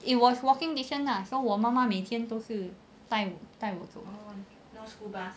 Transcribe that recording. it was walking distance lah so 我妈妈每天都是带我走的